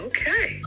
Okay